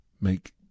make